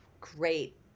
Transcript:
great